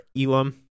Elam